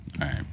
right